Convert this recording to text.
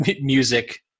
music